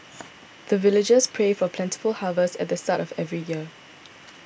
the villagers pray for plentiful harvest at the start of every year